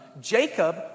Jacob